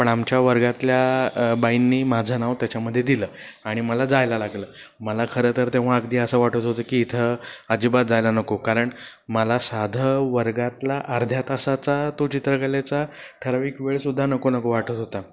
पण आमच्या वर्गातल्या बाईंनी माझं नाव त्याच्यामध्ये दिलं आणि मला जायला लागलं मला खरं तर तेव्हा अगदी असं वाटत होतं की इथं अजिबात जायला नको कारण मला साधं वर्गातला अर्ध्या तासाचा तो चित्रकलेचा ठराविक वेळ सुद्धा नको नको वाटत होता